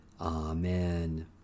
Amen